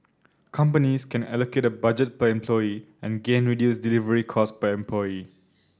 companies can allocate a budget per employee and gain reduced delivery cost per employee